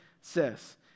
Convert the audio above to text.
says